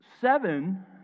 Seven